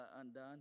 undone